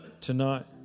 tonight